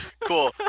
Cool